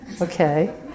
okay